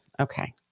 Okay